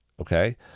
okay